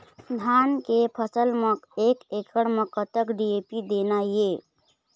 धान के फसल म एक एकड़ म कतक डी.ए.पी देना ये?